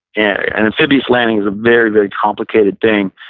yeah an amphibious landing was a very, very complicated thing.